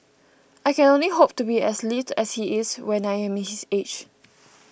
I can only hope to be as lithe as he is when I am his age